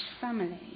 family